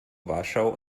warschau